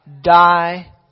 die